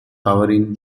covering